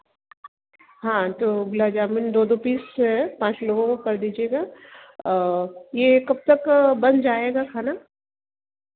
हाँ तो गलाब जामुल दो दो पीस पाँच लोगों को कर दीजिएगा और यह कब तक बन जाएगा खाना